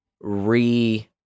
re